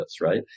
right